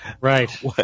right